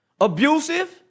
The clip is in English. Abusive